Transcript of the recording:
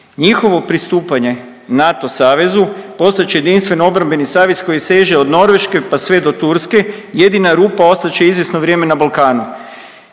Njihovo pristupanje NATO savezu postat će jedinstveni obrambeni savez koji seže od Norveške pa sve do Turske jedina rupa ostat će izvjesno vrijeme na Balkanu.